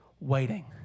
Waiting